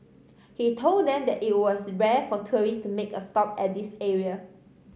he told them that it was rare for tourist to make a stop at this area